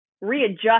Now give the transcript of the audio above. readjust